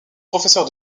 professeur